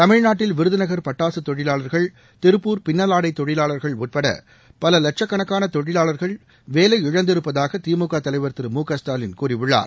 தமிழ்நாட்டில் விருதுநகர் பட்டாசு தொழிலாளர்கள் திருப்பூர் பின்னலாடை தொழிலாளர்கள் உட்பட பல வேலை லட்சக்கணக்கான தொழிலாளர்கள் இழந்திருப்பதாக திமுக தலைவர் திரு மு க ஸ்டாலின் கூறியுள்ளார்